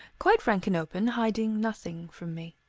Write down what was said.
quite frank and open, hiding nothing from me.